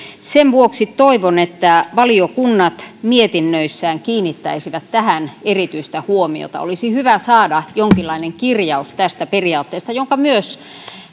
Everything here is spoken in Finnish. sen vuoksi toivon että valiokunnat mietinnöissään kiinnittäisivät tähän erityistä huomiota olisi hyvä saada jonkinlainen kirjaus tästä periaatteesta joka myös